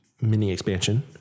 mini-expansion